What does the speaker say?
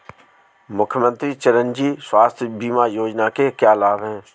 मुख्यमंत्री चिरंजी स्वास्थ्य बीमा योजना के क्या लाभ हैं?